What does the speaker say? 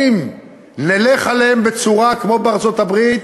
נלך אליהם כמו בארצות-הברית,